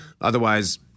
Otherwise